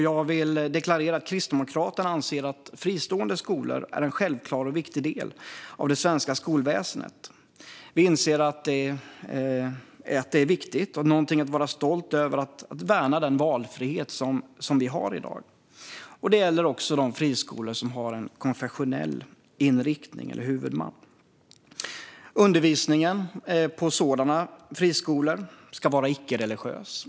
Jag vill deklarera att Kristdemokraterna anser att fristående skolor är en självklar och viktig del av det svenska skolväsendet. Vi anser att det är viktigt och någonting att vara stolt över att värna den valfrihet vi har i dag. Det gäller också de friskolor som har en konfessionell inriktning eller huvudman. Undervisningen på sådana friskolor ska vara icke-religiös.